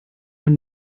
man